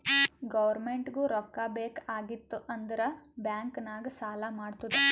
ಗೌರ್ಮೆಂಟ್ಗೂ ರೊಕ್ಕಾ ಬೇಕ್ ಆಗಿತ್ತ್ ಅಂದುರ್ ಬ್ಯಾಂಕ್ ನಾಗ್ ಸಾಲಾ ಮಾಡ್ತುದ್